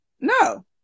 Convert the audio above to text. no